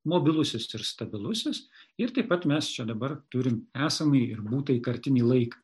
mobilusis ir stabilusis ir taip pat mes čia dabar turim esamąjį ir būtąjį kartinį laiką